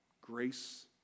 grace